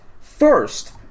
first